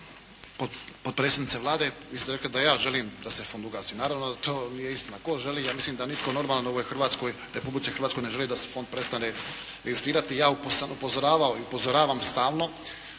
Potpredsjednice Vlade, vi ste rekli da ja želim da se fond ugasi. Naravno da to nije istina. Tko želi? Ja mislim da nitko normalan u ovoj Republici Hrvatskoj ne želi da fond prestane egzistirati. Ja sam upozoravao